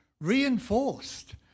reinforced